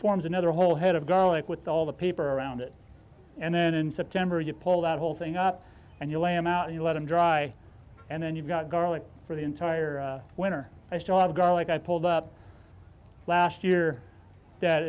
forms another whole head of garlic with all the paper around it and then in september you pull that whole thing up and you lay him out you let him dry and then you've got garlic for the entire winter i still have garlic i pulled up last year that